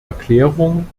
erklärung